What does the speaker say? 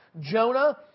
Jonah